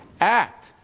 act